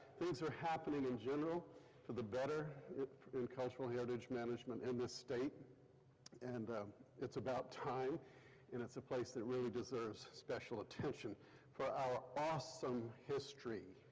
things are happening in general for the better in cultural heritage management in this state and it's about time and it's a place that really deserves special attention for our awesome history,